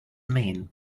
mean